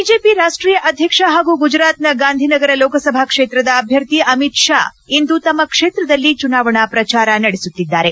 BJP ರಾಷ್ಟೀಯ ಅಧ್ಯಕ್ಷ ಹಾಗೂ ಗುಜರಾತ್ನ ಗಾಂಧಿನಗರ ಲೋಕಸಭಾ ಕ್ಷೇತ್ರದ ಅಭ್ಯರ್ಥಿ ಅಮಿತ್ ಷಾ ಇಂದು ತಮ್ಮ ಕ್ಷೇತ್ರದಲ್ಲಿ ಚುನಾವಣಾ ಪ್ರಜಾರ ನಡೆಸುತ್ತಿದ್ದಾರೆ